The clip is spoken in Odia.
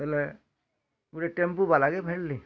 ବୋଇଲେ ଗୋଟେ ଟେମ୍ପୋବାାଲା କେ ଭେଟ୍ଲି